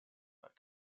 but